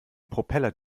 propeller